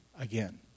again